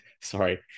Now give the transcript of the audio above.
sorry